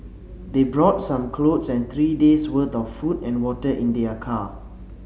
they brought some clothes and three days worth of food and water in their car